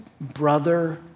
Brother